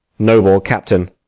noble captain.